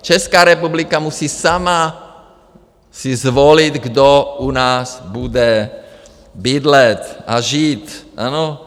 Česká republika musí sama si zvolit, kdo u nás bude bydlet a žít, ano?